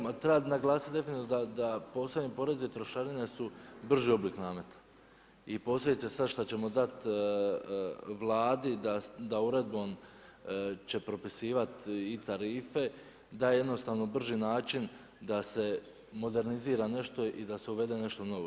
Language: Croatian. Ma treba naglasiti definitivno da postojanje poreza i trošarina su brži oblik nameta i posljedice sada šta ćemo dati Vladi da uredbom će propisivati i tarife da jednostavno brži način da se modernizira nešto i da se uvede nešto novo.